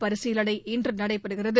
பரிசீலனை இன்று நடைபெறுகிறது